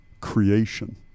creation